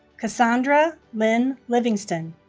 cassandra lynn livingston